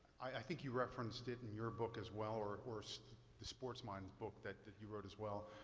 i think you referenced it in your book as well or or so the sports lines book that you wrote as well,